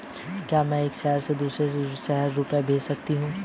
क्या मैं एक शहर से दूसरे शहर रुपये भेज सकती हूँ?